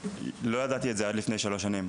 לא ידעתי את זה עד לפני שלוש שנים.